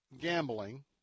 gambling